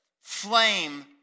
flame